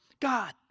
God